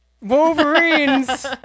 Wolverines